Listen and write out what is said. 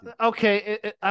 Okay